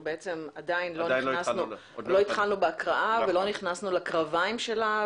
עדיין לא התחלנו בהקראה ולא נכנסנו לקרביים של הנוסח,